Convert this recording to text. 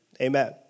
amen